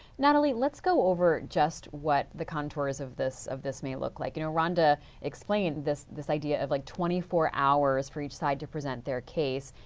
natalie, let's go over just what the contours of this of this may look like. you know rhonda explained this this idea of like twenty four hours for each side to present the case.